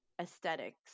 aesthetics